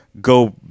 go